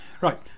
Right